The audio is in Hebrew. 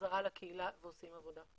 חזרה לקהילה ועושים עבודה.